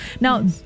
now